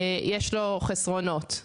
יש לו חסרונות, בלשון המעטה.